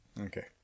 Okay